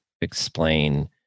explain